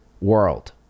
world